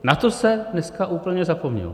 Na to se dneska úplně zapomnělo.